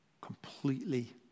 completely